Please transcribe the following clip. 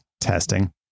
testing